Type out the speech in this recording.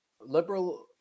liberal